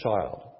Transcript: child